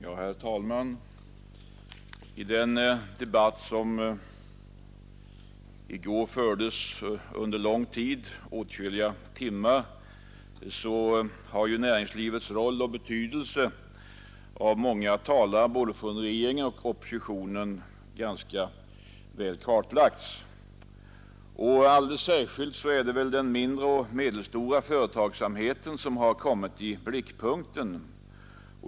Herr talman! I den debatt som i går fördes under åtskilliga timmar kartlades ju näringslivets roll och betydelse ganska väl av många talare från regeringen och oppositionen. Alldeles särskilt är det väl den mindre och medelstora företagsamheten som har kommit i blickpunkten.